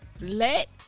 Let